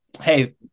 Hey